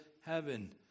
heaven